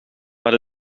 maar